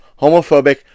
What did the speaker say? homophobic